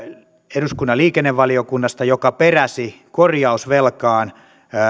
eduskunnan liikennevaliokunnasta joka peräsi korjausvelkaan